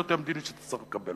זו המדיניות שתצטרך לקבל.